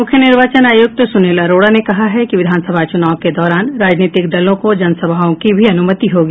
मुख्य निर्वाचन आयुक्त सुनील अरोड़ा ने कहा है कि विधानसभा चुनाव के दौरान राजनीतिक दलों को जनसभाओं की भी अनुमति होगी